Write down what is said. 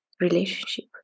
relationship